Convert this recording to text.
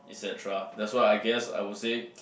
et cetera that's why I guess I would say